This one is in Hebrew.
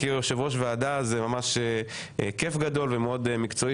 כיושב-ראש ועדה - זה ממש כיף גדול שאת מקצועית,